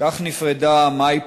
כך נפרדה מאי פלג,